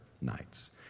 nights